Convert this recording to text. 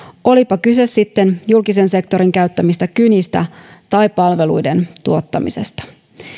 olipa kyse sitten julkisen sektorin käyttämistä kynistä tai palveluiden tuottamisesta